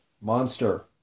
monster